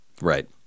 Right